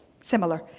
similar